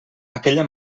aquella